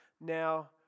now